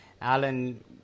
Alan